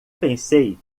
pensei